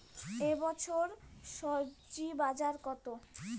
এ বছর স্বজি বাজার কত?